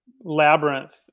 Labyrinth